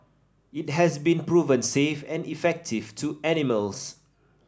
it has been proven safe and effective to animals